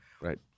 Right